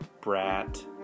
Brat